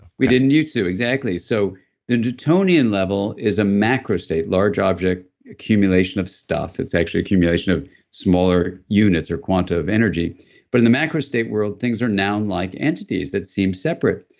we didn't use to, exactly. so the newtonian level is a macro state, large object accumulation of stuff. it's actually an accumulation of smaller units or quanta of energy but in the macro state world, things are noun-like entities that seem separate.